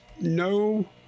no